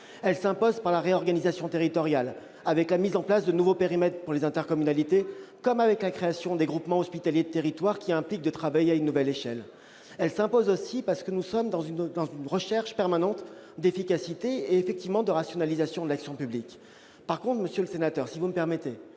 Elle s'impose en raison de la réorganisation territoriale, avec la mise en place de nouveaux périmètres pour les intercommunalités ou la création des groupements hospitaliers de territoire, qui impliquent de travailler à une nouvelle échelle. Elle s'impose aussi parce que nous sommes dans une recherche permanente d'efficacité et de rationalisation de l'action publique. Monsieur le sénateur, vous ne devriez